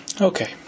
Okay